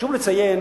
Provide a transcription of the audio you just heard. חשוב לציין